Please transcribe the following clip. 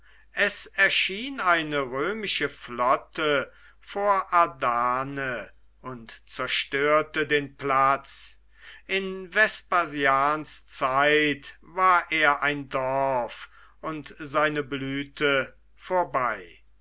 es erschien eine römische flotte vor adane und zerstörte den platz in vespasians zeit war er ein dorf und seine blüte vorüber